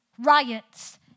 riots